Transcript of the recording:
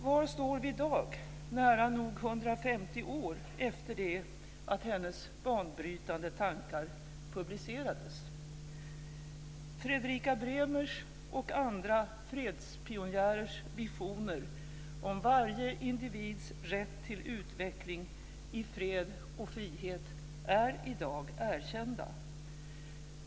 Var står vi i dag, nära nog 150 år efter det att hennes banbrytande tankar publicerades? Fredrika Bremers och andra fredspionjärers visioner om varje individs rätt till utveckling i fred och frihet är i dag erkända.